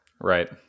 Right